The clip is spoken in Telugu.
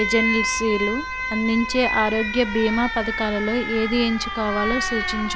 ఏజన్సీలు అందించే ఆరోగ్య భీమా పథకాలలో ఏది ఎంచుకోవాలో సూచించుము